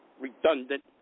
redundant